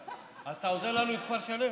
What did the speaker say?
אתה עוזר לנו עם כפר שלם?